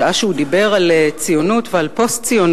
שעה שהוא דיבר על ציונות ועל פוסט-ציונות,